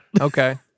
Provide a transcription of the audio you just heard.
Okay